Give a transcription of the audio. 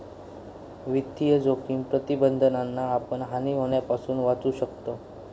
वित्तीय जोखिम प्रबंधनातना आपण हानी होण्यापासना वाचू शकताव